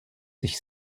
sich